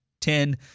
Ten